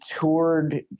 toured